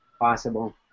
possible